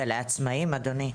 ולעצמאיים, אדוני.